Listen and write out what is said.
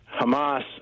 Hamas